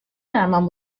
eraman